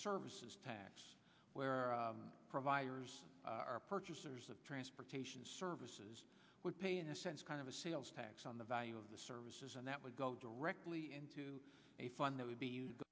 services tax where providers are purchasers of transportation services would pay in a sense kind of a sales tax on the value of the services and that would go directly into a fund that would be